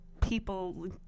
people